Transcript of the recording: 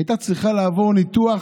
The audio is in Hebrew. הייתה צריכה לעבור ניתוח,